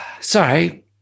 sorry